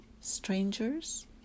strangers